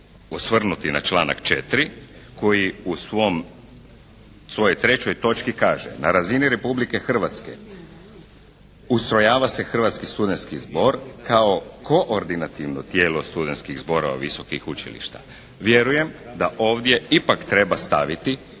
osvrnuti na članak 4. koji u svojoj 3. točki kaže: "Na razini Republike Hrvatske ustrojava se Hrvatski studentski zbor kao koordinativno tijelo studentskih zborova visokih učilišta". Vjerujem da ovdje ipak treba staviti